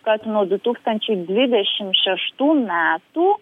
kad nuo du tūkstančiai dvidešimt šeštų metų